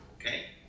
okay